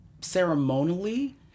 ceremonially